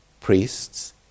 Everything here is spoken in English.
priests